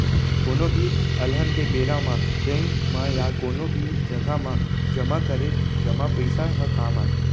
कोनो भी अलहन के बेरा म बेंक म या कोनो भी जघा म जमा करे जमा पइसा ह काम आथे